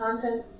content